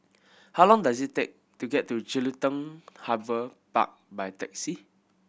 how long does it take to get to Jelutung Harbour Park by taxi